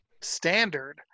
standard